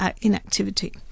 inactivity